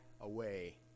away